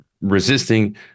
resisting